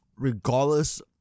Regardless